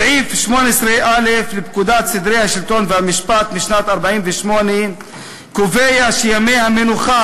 סעיף 18א לפקודת סדרי השלטון והמשפט משנת 1948 קובע שימי המנוחה